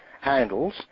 handles